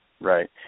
Right